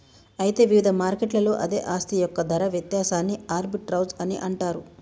అయితే వివిధ మార్కెట్లలో అదే ఆస్తి యొక్క ధర వ్యత్యాసాన్ని ఆర్బిటౌజ్ అని అంటారు